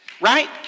right